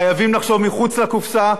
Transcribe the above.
חייבים לחשוב מחוץ לקופסה,